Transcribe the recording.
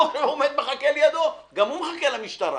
הוא עומד, מחכה לידו, גם הוא מחכה למשטרה